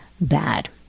Bad